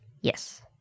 Yes